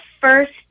first